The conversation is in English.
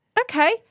Okay